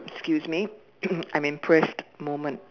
excuse me I'm impressed moment